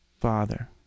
Father